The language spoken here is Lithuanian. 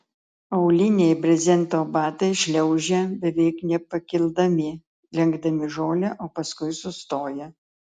auliniai brezento batai šliaužia beveik nepakildami lenkdami žolę o paskui sustoja